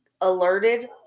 alerted